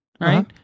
right